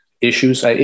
issues